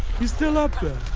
he's still up there.